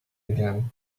again